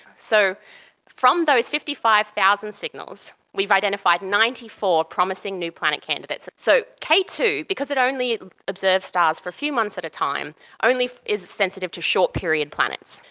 so from those fifty five thousand signals we've identified ninety four promising new planet candidates. so k two, because it only observes stars for a few months at a time only is sensitive to short period planets.